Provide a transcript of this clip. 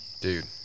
Dude